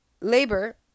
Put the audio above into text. labor